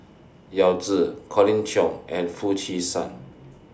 Yao Zi Colin Cheong and Foo Chee San